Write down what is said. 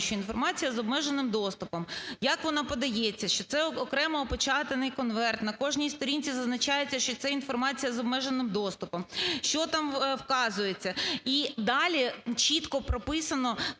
що інформація з обмеженим доступом, як вона подається, що це окремо опечатаний конверт, на кожній сторінці зазначається, що це інформація з обмеженим доступом, що там вказується і далі чітко прописано